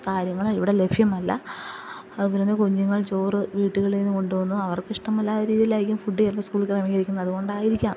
കാര്യങ്ങൾ ഇവിടെ ലഭ്യമല്ല അതുപോലെതന്നെ കുഞ്ഞുങ്ങൾ ചോറ് വീട്ടുകളില്നിന്ന് കൊണ്ടുവന്ന് അവർക്ക് ഇഷ്ടമല്ലാത്ത രീതിയിലായിരിക്കും ഫുഡ് ചിലപ്പോള് സ്കൂളിൽ ക്രമീകരിക്കുന്നത് അതുകൊണ്ടായിരിക്കാം